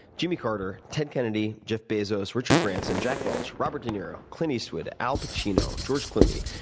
jimmy carter, ted kennedy, jeff bezos, richard branson, jack welch, robert de niro, clint eastwood, al pacino, george clooney,